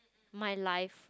my life